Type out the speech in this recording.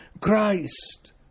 Christ